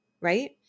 right